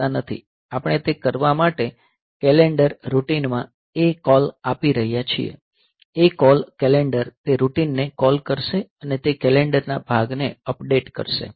આપણે તે કરવા માટે કેલેન્ડર રૂટીનમાં ACALL આપી રહ્યા છીએ ACALL કેલેન્ડર તે રૂટિનને કૉલ કરશે અને તે કેલેન્ડરના ભાગને અપડેટ કરશે